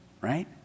right